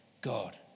God